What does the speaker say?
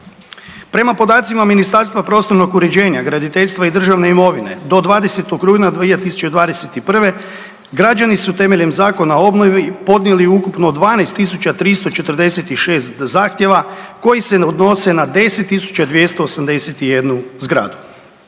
Prema podacima Ministarstva prostornog uređenja, graditeljstva i državne imovine do 20. rujna 2021. građani su temeljem Zakon o obnovi podnijeli ukupno 12 346 zahtjeva koji se odnose na 10 281 zgradu.